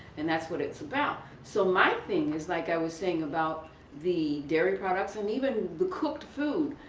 and that's what it's about. so my thing is like i was saying about the dairy products and even the cooked food,